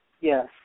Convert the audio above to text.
Yes